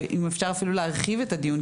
ואם אפשר אפילו להרחיב את הדיון,